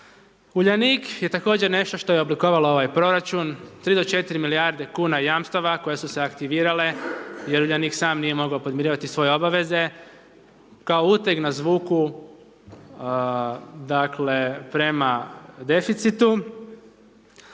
Uljanik je također nešto što je oblikovalo ovaj proračun, 3-4 milijarde kuna jamstava koje su se aktivirale, jer Uljanik nije mogao sam podmirivati svoje obaveze, kao uteg nas vuku, dakle, prema deficitu.